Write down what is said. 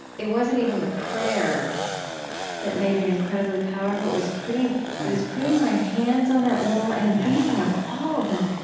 it wasn't even the prayer that made it incredibly powerful. it was putting it was putting my hands on that wall and thinking of all of the,